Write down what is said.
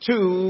Two